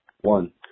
One